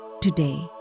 today